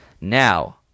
Now